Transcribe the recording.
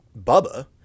Bubba